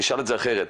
אשאל אחרת,